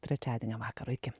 trečiadienio vakaro iki